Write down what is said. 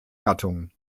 gattung